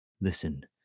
listen